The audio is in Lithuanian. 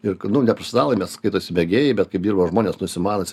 ir kai nu ne profesionalai mes skaitosi mėgėjai bet kaip dirbo žmonės nusimanas